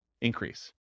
increase